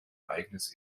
eigenes